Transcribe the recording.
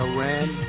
Iran